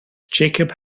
jacob